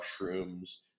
mushrooms